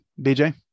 BJ